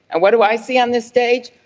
and why do i see on this stage?